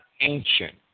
ancient